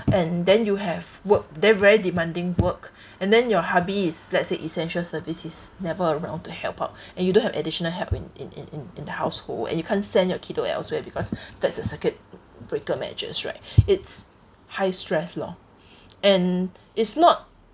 and then you have work then very demanding work and then your hubby is let's say essential service he's never around to help out and you don't have additional help in in in in in the household and you can't send your kiddo elsewhere because that's a circuit breaker measures right it's high stress loh and it's not